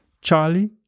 Charlie